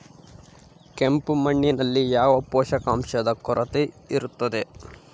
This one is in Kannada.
ಕೆಂಪು ಮಣ್ಣಿನಲ್ಲಿ ಯಾವ ಪೋಷಕಾಂಶದ ಕೊರತೆ ಇರುತ್ತದೆ?